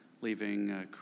leaving